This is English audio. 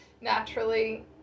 naturally